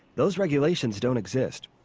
those regulations don't exist.